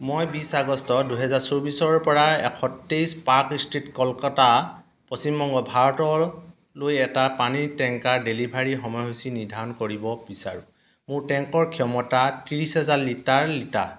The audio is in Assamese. মই বিছ আগষ্ট দুহেজাৰ চৌবিছৰ পৰা এশ তেইছ পাৰ্ক ষ্ট্ৰীট কলকাতা পশ্চিমবংগ ভাৰতৰ লৈ এটা পানীৰ টেংকাৰ ডেলিভাৰীৰ সময়সূচী নিৰ্ধাৰণ কৰিব বিচাৰোঁ মোৰ টেংকৰ ক্ষমতা ত্ৰিছ হাজাৰ লিটাৰ লিটাৰ